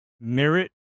merit